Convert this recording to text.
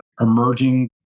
emerging